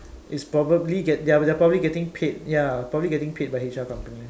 it's probably they're probably getting paid ya probably paid by H_R company